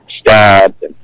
stabbed